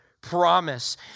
promise